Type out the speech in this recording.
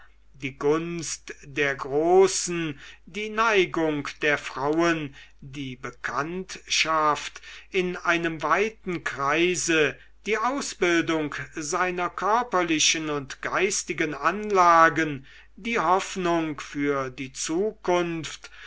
die gunst der großen die neigung der frauen die bekanntschaft in einem weiten kreise die ausbildung seiner körperlichen und geistigen anlagen die hoffnung für die zukunft